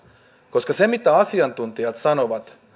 koska se mitä asiantuntijat sanovat